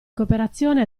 cooperazione